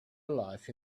life